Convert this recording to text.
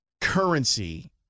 currency